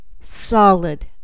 solid